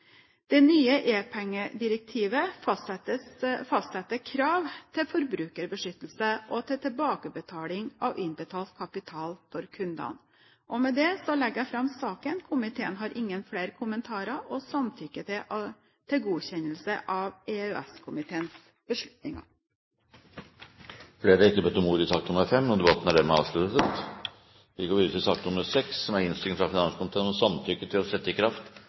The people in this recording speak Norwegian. Det nye e-pengedirektivet fastsetter krav til forbrukerbeskyttelse og til tilbakebetaling av innbetalt kapital fra kundene. Med det legger jeg fram saken. Komiteen har ingen flere kommentarer og samtykker til godkjennelse av EØS-komiteens beslutning. Flere har ikke bedt om ordet til sak nr. 5. Ingen har bedt om ordet. Ingen har bedt om ordet. Ingen har bedt om ordet. Etter ønske fra kommunal- og forvaltningskomiteen vil presidenten foreslå at debatten blir begrenset til